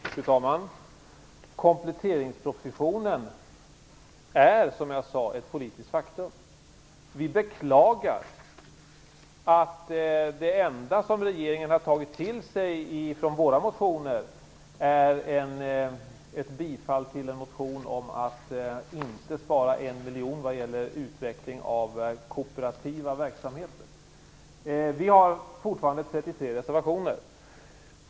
Fru talman! Kompletteringspropositionen är, som jag sade, ett politiskt faktum. Vi beklagar att det enda som regeringen har tagit till sig ifrån våra motioner är ett bifall till en motion om att inte spara en miljon när det gäller utveckling av kooperativa verksamheter. Vi har fortfarande 33 reservationer.